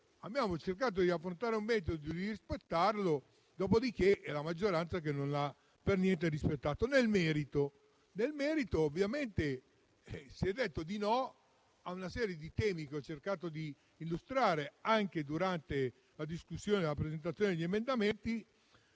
abbiamo cercato di affrontare un metodo e di rispettarlo, dopodiché la maggioranza non l'ha rispettato per niente. Quanto al merito, si è detto di no a una serie di temi che ho cercato di illustrare anche durante la discussione e la presentazione degli emendamenti,